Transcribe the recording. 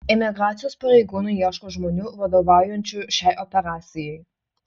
imigracijos pareigūnai ieško žmonių vadovaujančių šiai operacijai